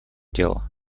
дело